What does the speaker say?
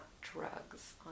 drugs